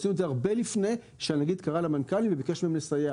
עשינו את זה הרבה לפני שהנגיד קרא למנכ"לים וביקש מהם לסייע.